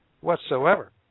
whatsoever